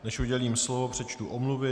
Než udělím slovo, přečtu omluvy.